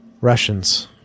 Russians